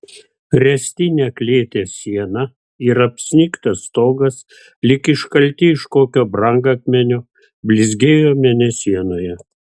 ręstinė klėties siena ir apsnigtas stogas lyg iškalti iš kokio brangakmenio blizgėjo mėnesienoje